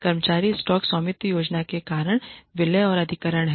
कर्मचारी स्टॉक स्वामित्व योजनाओं के कारण विलय और अधिग्रहण हैं